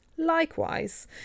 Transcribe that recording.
Likewise